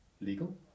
legal